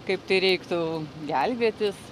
kaip tai reiktų gelbėtis